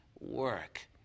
work